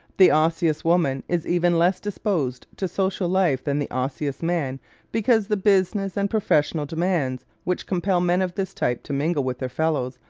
the osseous woman is even less disposed to social life than the osseous man because the business and professional demands, which compel men of this type to mingle with their fellows,